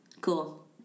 Cool